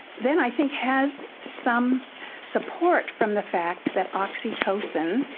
then i think has some support from the fact that oxytocin,